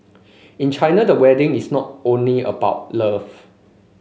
in China the wedding is not only about love